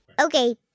Okay